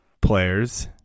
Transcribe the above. players